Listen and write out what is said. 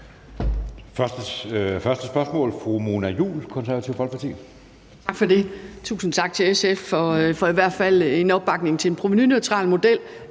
Første spørgsmål er fra fru Mona Juul, Det Konservative Folkeparti. Kl. 14:33 Mona Juul (KF): Tak for det. Tusind tak til SF for i hvert fald en opbakning til en provenuneutral model,